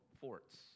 forts